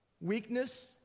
Weakness